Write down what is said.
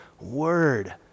word